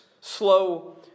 slow